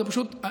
זה פשוט,